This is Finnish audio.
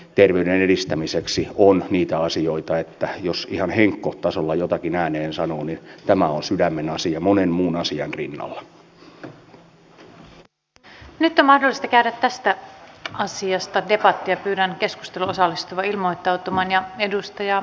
terveyden edistämiseksi kun niitä asioita että joskin heen kohtasolla päätöksen tekeminen ja ilmoitus siitä sitoudutaanko hankkeeseen olisi tärkeä tehdä pian sillä pyhäjärven kaivos suljetaan pian ja sen jatkokäytön suunnitteluun pitäisi saada tietoa